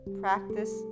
practice